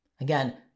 Again